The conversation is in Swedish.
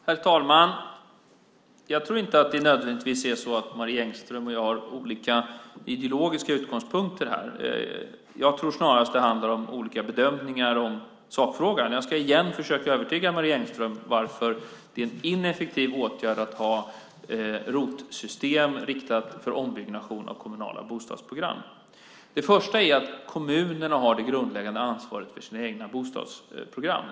Herr talman! Jag tror inte att det nödvändigtvis är så att Marie Engström och jag har olika ideologiska utgångspunkter här. Jag tror snarast att det handlar om olika bedömningar av sakfrågan. Jag ska igen försöka övertyga Marie Engström om att det är ineffektivt att ha ROT-system riktat till ombyggnation av kommunala bostadsprogram. För det första har kommunerna det grundläggande ansvaret för sina egna bostadsprogram.